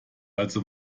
also